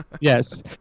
Yes